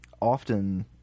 Often